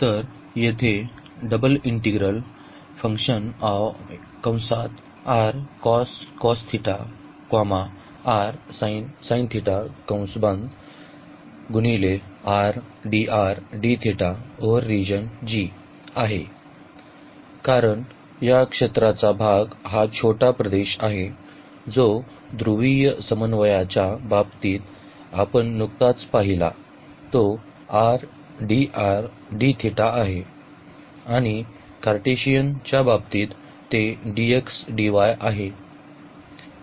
तर येथे कारण या क्षेत्राचा भाग हा छोटा प्रदेश आहे जो ध्रुवीय समन्वयाच्या बाबतीत आपण नुकताच पाहिला तो r dr dθ आहे आणि कार्टेशियन च्या बाबतीत ते dx dy आहे